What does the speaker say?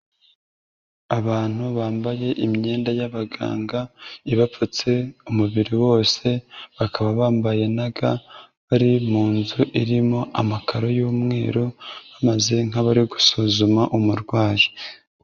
Abantu bambaye imyenda y'abaganga ibapfutse umubiri wose, bakaba bambaye na ga, bari mu nzu irimo amakaro y'umweru bameze nk'abari gusuzuma umurwayi.